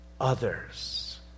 others